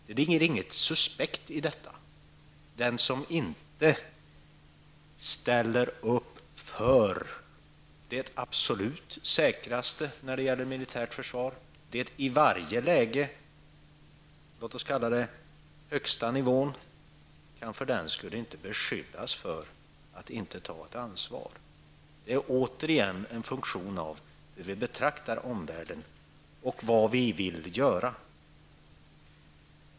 Det ligger inget suspekt i detta. Den som inte ställer upp för det absolut säkraste när det gäller militärt försvar, den i varje läge, låt oss kalla det, högsta nivå skall för den skull inte beskyllas för att inte ta ett ansvar. Det är återigen en följd av hur vi betraktar omvärlden och vad vi vill göra.